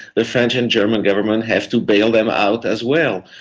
the french and german governments have to bail them out as well.